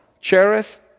Cherith